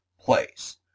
place